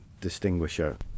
distinguisher